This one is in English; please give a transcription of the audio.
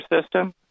system